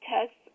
tests